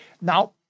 Now